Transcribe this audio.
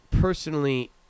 personally